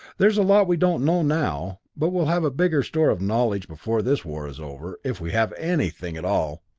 there's a lot we don't know now but we'll have a bigger store of knowledge before this war is over if we have anything at all!